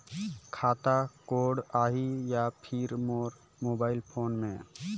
खाता कोड आही या फिर मोर मोबाइल फोन मे?